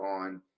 on